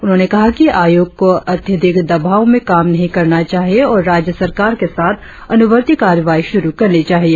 उन्होंने कहा कि आयोग को अत्यधिक दबाव में काम नहीं करना चाहिए और राज्य सरकार के साथ अनुवर्ती कार्रवाई शुरु करनी चाहिए